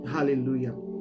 Hallelujah